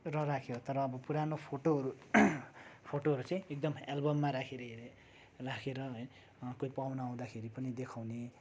र राख्यो तर अब पुरानो फोटोहरू फोटोहरू चाहिँ एकदम एल्बममा राखेर राखेर है कोही पाहुना आउँदाखेरि पनि देखाउने